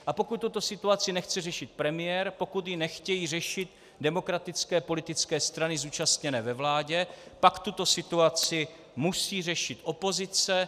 A pokud tuto situaci nechce řešit premiér, pokud ji nechtějí řešit demokratické politické strany zúčastněné ve vládě, pak tuto situaci musí řešit opozice.